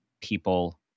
people